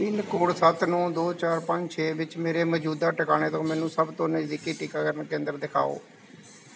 pin code ਸੱਤ ਨੌ ਦੋ ਚਾਰ ਪੰਜ ਛੇ ਵਿੱਚ ਮੇਰੇ ਮੌਜੂਦਾ ਟਿਕਾਣੇ ਤੋਂ ਮੈਨੂੰ ਸਭ ਤੋਂ ਨਜ਼ਦੀਕੀ ਟੀਕਾਕਰਨ ਕੇਂਦਰ ਦਿਖਾਓ